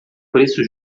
preço